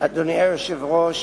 אדוני היושב-ראש,